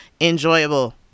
enjoyable